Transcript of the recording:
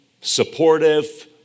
supportive